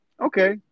Okay